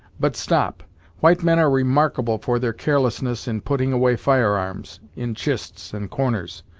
but stop white men are remarkable for their carelessness in putting away fire arms, in chists and corners.